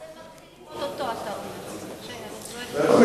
אז הם מתחילים או-טו-טו, אתה אומר.